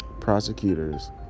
prosecutors